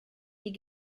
die